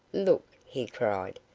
look! he cried,